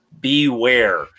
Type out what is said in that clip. beware